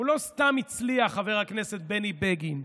הוא לא סתם הצליח, חבר הכנסת בני בגין.